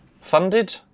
Funded